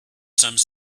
some